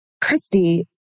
Christy